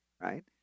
right